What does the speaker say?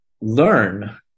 learn